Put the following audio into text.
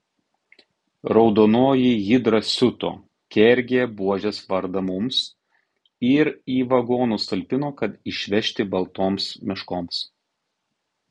raudonoji hidra siuto kergė buožės vardą mums ir į vagonus talpino kad išvežti baltoms meškoms